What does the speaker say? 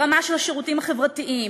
ברמה של השירותים החברתיים,